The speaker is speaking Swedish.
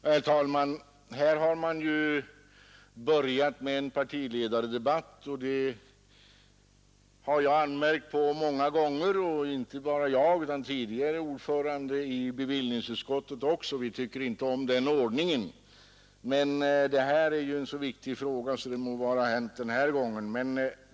Herr talman! Man har här börjat med en partiledardebatt. Det har jag anmärkt på många gånger, och inte bara jag utan också tidigare ordförande i bevillningsutskottet. Vi tycker inte om den ordningen. Men detta är en så viktig fråga att det må vara hänt den här gången.